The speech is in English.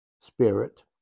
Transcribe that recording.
spirit